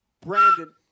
Brandon